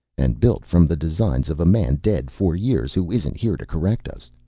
and built from the designs of a man dead four years who isn't here to correct us.